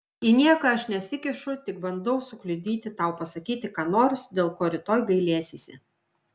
į nieką aš nesikišu tik bandau sukliudyti tau pasakyti ką nors dėl ko rytoj gailėsiesi